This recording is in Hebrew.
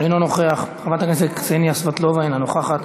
אינו נוכח, חברת הכנסת קסניה סבטלובה, אינה נוכחת,